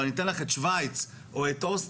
אבל אני אתן לך את שווייץ או את אוסטריה,